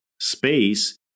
space